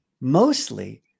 mostly